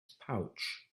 pouch